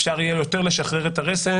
אפשר יהיה יותר לשחרר את הרסן.